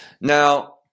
Now